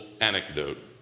anecdote